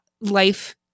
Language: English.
Life